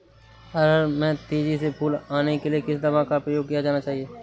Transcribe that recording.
अरहर में तेजी से फूल आने के लिए किस दवा का प्रयोग किया जाना चाहिए?